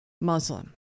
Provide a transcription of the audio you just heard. Muslim